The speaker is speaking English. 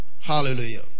Hallelujah